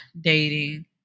dating